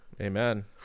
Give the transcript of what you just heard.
Amen